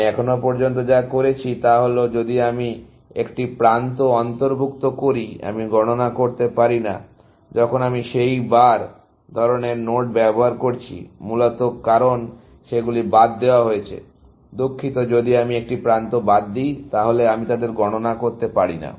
আমি এখন পর্যন্ত যা করেছি তা হল যদি আমি একটি প্রান্ত অন্তর্ভুক্ত করি আমি গণনা করতে পারি না যখন আমি সেই বার ধরনের নোড ব্যবহার করছি মূলত কারণ সেগুলি বাদ দেওয়া হয়েছে দুঃখিত যদি আমি একটি প্রান্ত বাদ দিই তাহলে আমি তাদের গণনা করতে পারি না